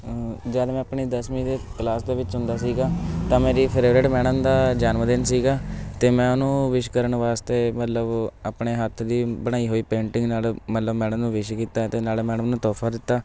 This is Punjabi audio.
ਜਦੋਂ ਮੈਂ ਆਪਣੀ ਦਸਵੀਂ ਦੇ ਕਲਾਸ ਦੇ ਵਿੱਚ ਹੁੰਦਾ ਸੀਗਾ ਤਾਂ ਮੇਰੀ ਫੇਵਰੇਟ ਮੈਡਮ ਦਾ ਜਨਮ ਦਿਨ ਸੀਗਾ ਅਤੇ ਮੈਂ ਉਹਨੂੰ ਵਿਸ਼ ਕਰਨ ਵਾਸਤੇ ਮਤਲਬ ਆਪਣੇ ਹੱਥ ਦੀ ਬਣਾਈ ਹੋਈ ਪੇਂਟਿੰਗ ਨਾਲ ਮਤਲਬ ਮੈਡਮ ਨੂੰ ਵਿਸ਼ ਕੀਤਾ ਅਤੇ ਨਾਲੇ ਮੈਡਮ ਨੂੰ ਤੋਹਫ਼ਾ ਦਿੱਤਾ